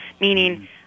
meaning